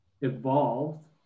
evolved